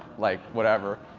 like whatever.